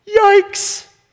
Yikes